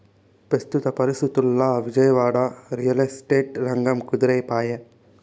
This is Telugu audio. పెస్తుత పరిస్తితుల్ల ఇజయవాడ, రియల్ ఎస్టేట్ రంగం కుదేలై పాయె